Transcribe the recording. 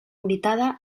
invitada